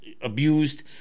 abused